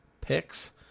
picks